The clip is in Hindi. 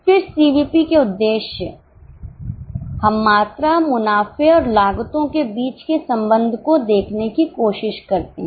फिर सीवीपी के उद्देश्यहम मात्रा मुनाफे और लागतों के बीच के संबंध को देखने की कोशिश करते हैं